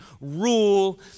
rule